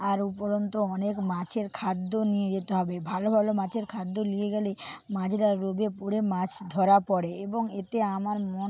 আর উপরন্তু অনেক মাছের খাদ্যও নিয়ে যেতে হবে ভালো ভালো মাছের খাদ্য নিয়ে গেলে মাছরা লোভে পড়ে মাছ ধরা পড়ে এবং এতে আমার